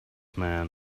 man